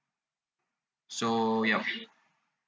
so ya